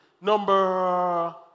Number